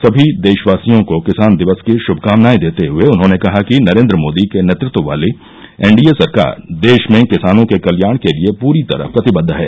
सभी देशवासियों को किसान दिवस की शुभकामनाएँ देते हुए उन्होंने कहा कि नरेंद्र मोदी के नेतृत्व वाली एनडीए सरकार देश में किसानों के कल्याण के लिए पूरी तरह प्रतिबद्द है